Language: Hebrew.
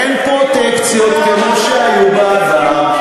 אין פרוטקציות כמו שהיו בעבר,